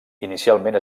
inicialment